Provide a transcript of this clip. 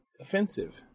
offensive